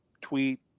tweet